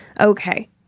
Okay